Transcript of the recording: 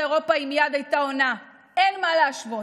אירופה היא מייד הייתה עונה: אין מה להשוות,